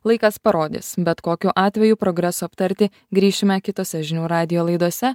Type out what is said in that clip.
laikas parodys bet kokiu atveju progreso aptarti grįšime kitose žinių radijo laidose